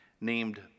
named